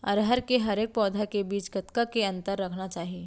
अरहर के हरेक पौधा के बीच कतना के अंतर रखना चाही?